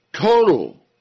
total